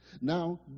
Now